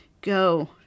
go